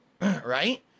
Right